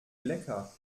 lecker